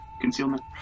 Concealment